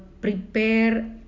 prepare